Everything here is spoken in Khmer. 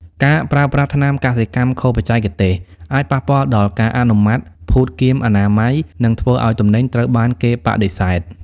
ការប្រើប្រាស់ថ្នាំកសិកម្មខុសបច្ចេកទេស អាចប៉ះពាល់ដល់ការអនុម័តភូតគាមអនាម័យ និងធ្វើឱ្យទំនិញត្រូវបានគេបដិសេធ។